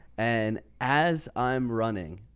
and as i'm running,